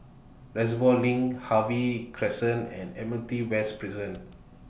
Reservoir LINK Harvey Crescent and Admiralty West Prison